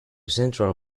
central